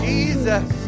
Jesus